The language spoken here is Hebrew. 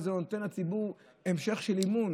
וזה נותן לציבור המשך של אמון.